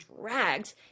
dragged